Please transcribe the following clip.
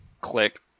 Click